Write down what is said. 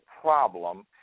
problem